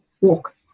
walk